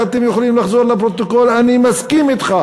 ואתם יכולים לחזור לפרוטוקול: אני מסכים אתך